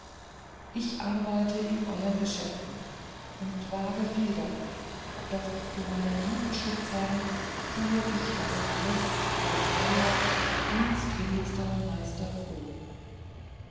ich arbeite in euern geschäften und wage viel dabei doch für meinen lieben schutzherrn tue ich alles als euer dienstwilligster meister floh